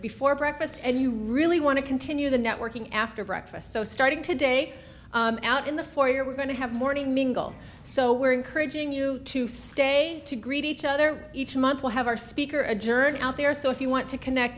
before breakfast and you really want to continue the networking after breakfast so starting today out in the foyer we're going to have morning mingle so we're encouraging you to stay to greet each other each month we'll have our speaker adjourn out there so if you want to connect